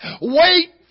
Wait